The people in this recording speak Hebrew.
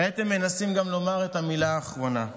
גם כעת הם מנסים לומר את המילה האחרונה.